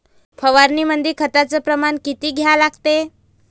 फवारनीमंदी खताचं प्रमान किती घ्या लागते?